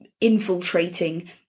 infiltrating